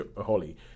Holly